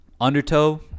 undertow